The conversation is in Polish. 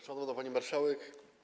Szanowna Pani Marszałek!